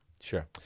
Sure